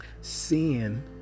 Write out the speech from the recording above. Sin